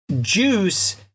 juice